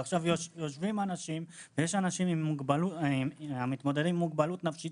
יש אנשים המתמודדים עם מוגבלות נפשית,